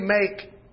make